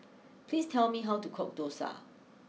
please tell me how to cook Dosa